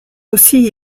aussi